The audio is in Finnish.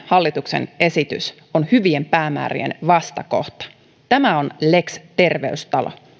hallituksen esitys on hyvien päämäärien vastakohta tämä on lex terveystalo